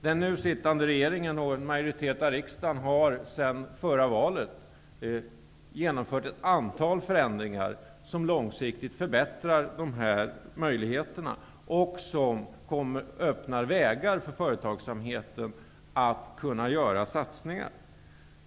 Den nu sittande regeringen och majoriteten i riksdagen har sedan det senaste valet genomfört ett antal förändringar som långsiktigt förbättrar dessa möjligheter och som öppnar vägar för företagsamheten att göra satsningar.